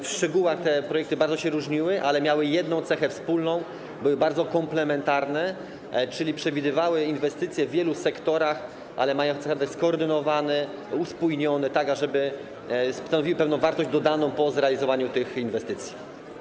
W szczegółach te projekty bardzo się różniły, ale miały jedną cechę wspólną: były bardzo komplementarne, czyli przewidywały inwestycje w wielu sektorach, ale mających cechy skoordynowane, uspójnione, tak żeby stanowiły pewną wartość dodaną po zrealizowaniu tych inwestycji.